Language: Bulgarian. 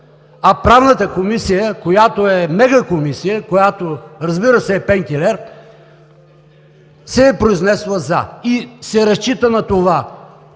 а Правната комисия, която е мега комисия, която, разбира се, е пенкелер, се е произнесла „за“ и се разчита на това